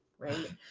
right